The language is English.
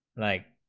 like